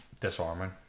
Disarming